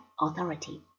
authority